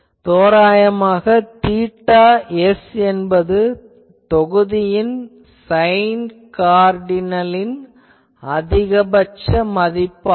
தோராயமாக θs என்பது தொகுதியின் சைன் கார்டினலின் அதிகபட்ச மதிப்பு ஆகும்